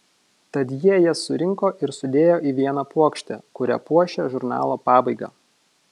tad jie jas surinko ir sudėjo į vieną puokštę kuria puošė žurnalo pabaigą